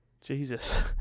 Jesus